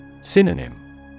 Synonym